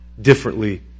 differently